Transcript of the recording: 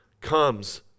comes